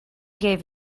gave